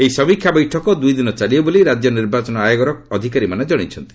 ଏହି ସମୀକ୍ଷା ବୈଠକ ଦୁଇ ଦିନ ଚାଲିବ ବୋଲି ରାଜ୍ୟ ନିର୍ବାଚନ ଆୟୋଗର ଅଧିକାରୀମାନେ ଜଣାଇଛନ୍ତି